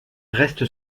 reste